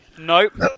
Nope